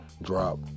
drop